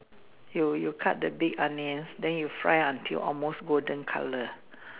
you you cut the big onions then you fry until almost golden colour